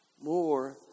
More